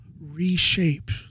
reshape